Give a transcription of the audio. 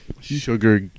Sugar